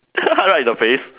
right in the face